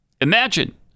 Imagine